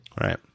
Right